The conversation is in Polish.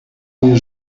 nie